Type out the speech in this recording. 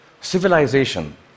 civilization